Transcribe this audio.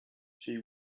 she